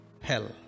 hell